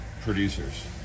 producers